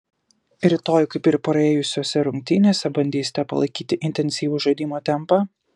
rytoj kaip ir praėjusiose rungtynėse bandysite palaikyti intensyvų žaidimo tempą